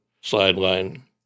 sideline